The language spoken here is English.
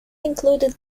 included